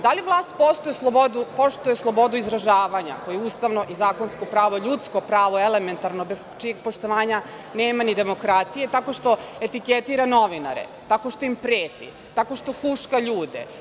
Da li vlast poštuje slobodu izražavanja koje je ustavno i zakonsko pravo, ljudsko pravo, elementarno bez čijeg poštovanja nema ni demokratije tako što etiketira novinare, tako što im preti, tako što huška ljude.